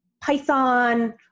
Python